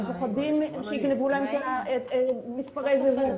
הם פוחדים שיגנבו להם את מספרי הזהות,